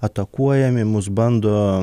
atakuojami mus bando